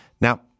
now